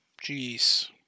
Jeez